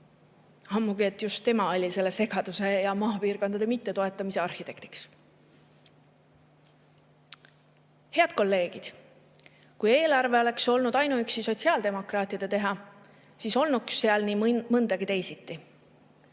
ammugi seda, et just tema oli selle segaduse ja maapiirkondade mittetoetamise arhitektiks. Head kolleegid! Kui eelarve oleks olnud ainuüksi sotsiaaldemokraatide teha, siis olnuks seal nii mõndagi teisiti.